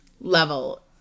level